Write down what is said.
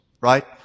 right